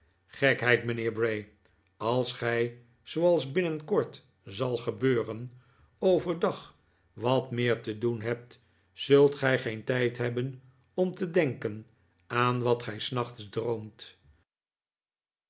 gekheid mijnheer bray als gij zooals binnenkort zal gebeuren overdag wat meer te doen hebt zult gij geen tijd hebben om te denken aan wat gij s nachts droomt